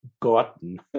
gotten